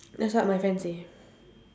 that's what my friend say